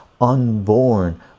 unborn